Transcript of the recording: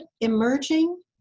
emerging